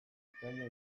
bikaina